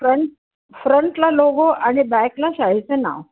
front फ्रंटला logo आणि बॅकला शाळेचं नाव